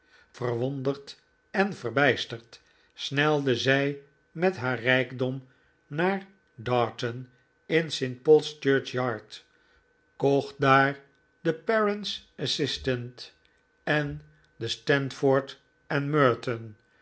verwonderd en verbijsterd snelde zij met haar rijkdom naar darton in st paul's church yard kocht daar de parent's assistant en de sandford and